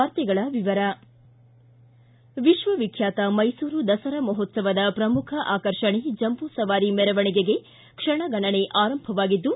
ವಾರ್ತೆಗಳ ವಿವರ ವಿಕ್ವ ವಿಖ್ಣಾತ ಮೈಸೂರು ದಸರಾ ಮಹೋತ್ಸವದ ಪ್ರಮುಖ ಆಕರ್ಷಣೆ ಜಂಬೂ ಸವಾರಿ ಮೆರವಣಿಗೆಗೆ ಕ್ಷಣಗಣನೆ ಆರಂಭವಾಗಿದ್ದು